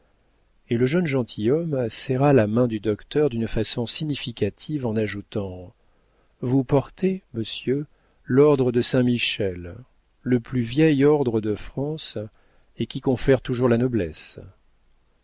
et le jeune gentilhomme serra la main du docteur d'une façon significative en ajoutant vous portez monsieur l'ordre de saint-michel le plus vieil ordre de france et qui confère toujours la noblesse